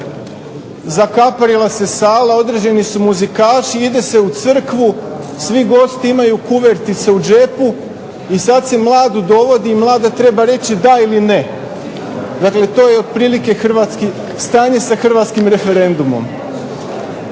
zakaparila se sala, određeni su muzikaši, ide se u crkvu, svi gosti imaju kuvertice u džepu i sada se mladu dovodi i mlada treba reći da ili ne. Dakle, to je otprilike stanje sa Hrvatskim referendumom.